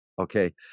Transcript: okay